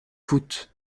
foot